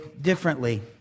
differently